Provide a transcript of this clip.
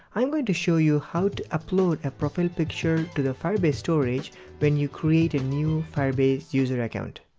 i am going to show you how to upload a profile picture to the firebase storage when you create a new firebase user account.